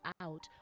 out